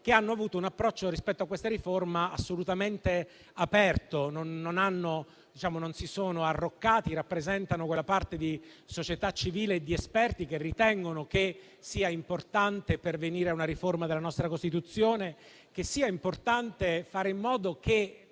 che hanno avuto, rispetto a questa riforma, un approccio assolutamente aperto. Non si sono arroccati e rappresentano quella parte di società civile e di esperti che ritengono che sia importante pervenire a una riforma della nostra Costituzione e che sia importante fare in modo che